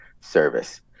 service